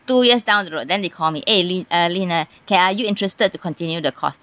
two years down the road then they call me eh li~ uh lina K are you interested to continue the course the